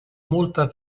molta